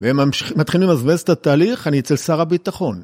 והם מתחילים לבזבז את התהליך, אני אצל שר הביטחון